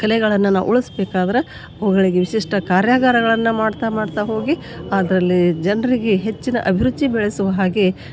ಕಲೆಗಳನ್ನು ನಾವು ಉಳ್ಸ್ಬೇಕಾದರೆ ಅವುಗಳಿಗೆ ವಿಶಿಷ್ಟ ಕಾರ್ಯಾಗಾರವನ್ನು ಮಾಡ್ತಾ ಮಾಡ್ತಾ ಹೋಗಿ ಅದರಲ್ಲಿ ಜನರಿಗೆ ಹೆಚ್ಚಿನ ಅಭಿರುಚಿ ಬೆಳೆಸುವ ಹಾಗೆ